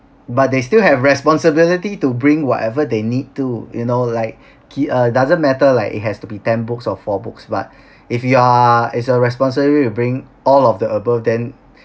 but they still have responsibility to bring whatever they need to you know like ke~ uh doesn't matter like it has to be ten books or four books but if you are is a responsible to bring all of the above then